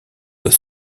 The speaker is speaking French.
doit